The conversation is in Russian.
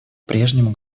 прежнему